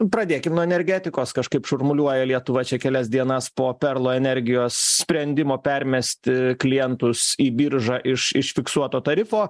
pradėkim nuo energetikos kažkaip šurmuliuoja lietuva čia kelias dienas po perlo energijos sprendimo permesti klientus į biržą iš iš fiksuoto tarifo